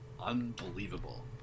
unbelievable